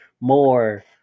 more